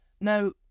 now